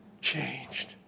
changed